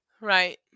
Right